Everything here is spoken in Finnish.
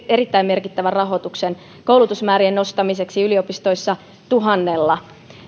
erittäin merkittävän rahoituksen koulutusmäärien nostamiseksi yliopistoissa tuhannella